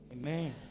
amen